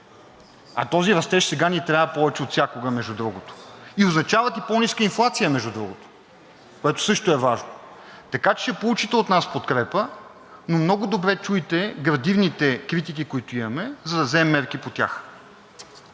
а този растеж сега ни трябва повече от всякога, между другото. Означават и по-ниска инфлация, между другото, което също е важно. Така че ще получите от нас подкрепа, но много добре чуйте градивните критики, които имаме, за да вземем мерки по тях.